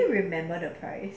can you remember the price